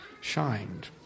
shined